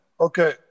Okay